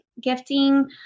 gifting